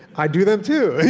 i do them too,